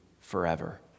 forever